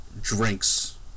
drinks